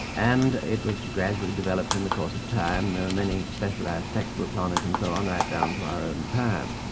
and it was gradually developed in the course of time. there are many specialised textbooks on it, and so right down to our own time.